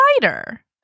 lighter